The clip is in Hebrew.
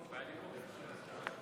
חבריי חברי הכנסת,